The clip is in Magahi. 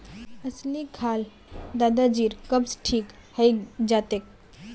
अलसी खा ल दादाजीर कब्ज ठीक हइ जा तेक